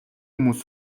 хүмүүс